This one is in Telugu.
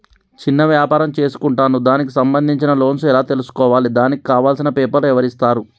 చిన్న వ్యాపారం చేసుకుంటాను దానికి సంబంధించిన లోన్స్ ఎలా తెలుసుకోవాలి దానికి కావాల్సిన పేపర్లు ఎవరిస్తారు?